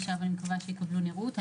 אני מקווה שעכשיו יקבלו נראות.